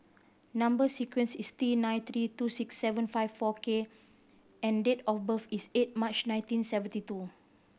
number sequence is T nine three two six seven five four K and date of birth is eight March nineteen seventy two